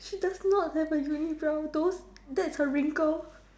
she does not have a unibrow those that's her wrinkle